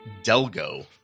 Delgo